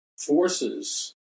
forces